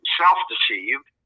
self-deceived